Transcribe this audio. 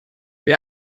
wir